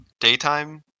daytime